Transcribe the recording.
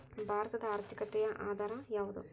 ಭಾರತದ ಆರ್ಥಿಕತೆಯ ಆಧಾರ ಯಾವುದು?